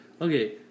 Okay